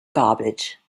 garbage